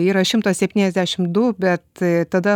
yra šimtas septyniasdešim du bet tada